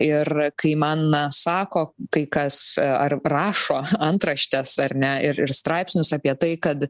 ir kai man na sako kai kas ar rašo antraštes ar ne ir ir straipsnius apie tai kad